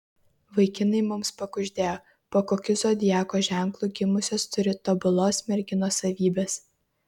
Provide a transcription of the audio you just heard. vaikinai mums pakuždėjo po kokiu zodiako ženklu gimusios turi tobulos merginos savybes